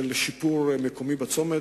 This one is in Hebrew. של שיפור מקומי בצומת,